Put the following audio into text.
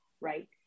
right